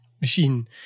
machine